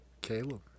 Caleb